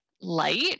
light